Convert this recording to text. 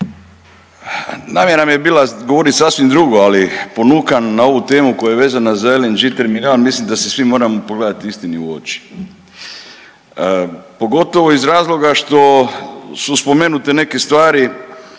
Namjera mi je bila govoriti sasvim drugo, ali ponukan na ovu tremu koja je vezana za LNG terminal mislim da se svi moramo pogledati istini u oči pogotovo iz razloga što su spomenute neke stvari.